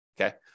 Okay